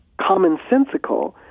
commonsensical